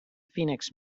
phoenix